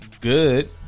good